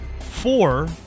four